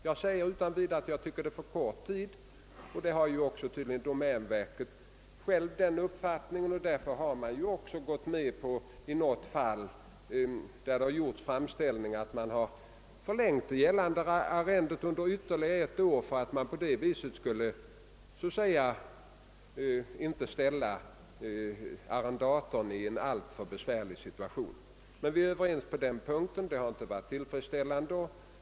Jag säger utan vidare att denna tid är för kort, och denna uppfattning har tydligen även domänverket. Därför har man också i något fall där framställning har gjorts förlängt gällande arrende under ytterligare ett år för att undvika att arrendatorn kommer i en alltför besvärlig situation. Vi är emellertid överens om att det inte varit tillfredsställande.